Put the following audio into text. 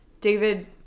David